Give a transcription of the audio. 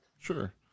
Sure